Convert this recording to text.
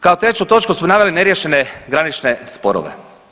Kao treću točku smo naveli neriješene granične sporove.